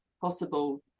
possible